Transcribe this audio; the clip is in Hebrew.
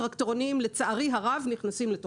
לצערי טרקטורונים נכנסים לתוכה.